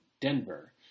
Denver